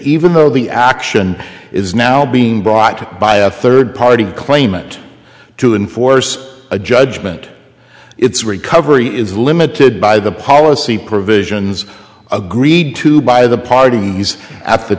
even though the action is now being brought by a third party claimant to enforce a judgment its recovery is limited by the policy provisions agreed to by the parties at the